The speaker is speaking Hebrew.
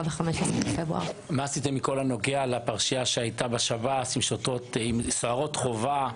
מה עשיתם בכל הנוגע לפרשייה שהייתה בשב"ס עם סוהרות החובה?